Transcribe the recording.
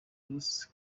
ruth